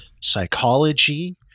psychology